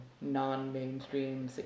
non-mainstream